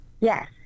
yes